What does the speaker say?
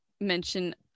mention